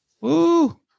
Woo